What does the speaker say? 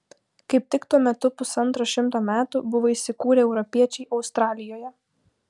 kaip tik tuo metu pusantro šimto metų buvo įsikūrę europiečiai australijoje